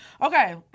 Okay